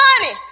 money